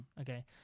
Okay